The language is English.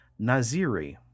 Naziri